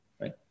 right